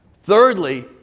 Thirdly